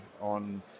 on